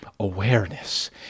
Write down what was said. awareness